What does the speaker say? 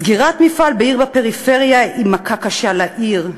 סגירת מפעל בעיר בפריפריה היא מכה קשה לעיר,